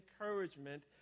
encouragement